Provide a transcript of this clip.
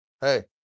hey